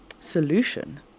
solution